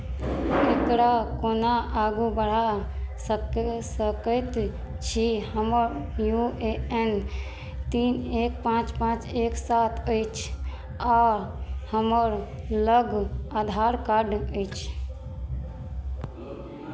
एकरा कोना आगू बढ़ा सक सकैत छी हमर यू ए एन तीन एक पाँच पाँच एक सात अछि आ हमर लग आधार कार्ड अछि